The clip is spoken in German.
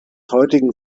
heutigen